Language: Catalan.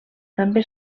també